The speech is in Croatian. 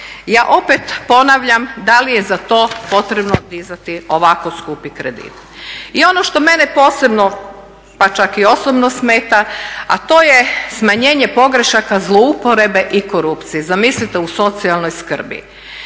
Ja opet ponavljam da li je za to potrebno dizati ovako skupi kredit. I ono što mene posebno, pa čak i osobno smeta a to je smanjenje pogrešaka zlouporabe i korupcije, zamislite u socijalnoj skrbi.